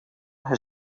his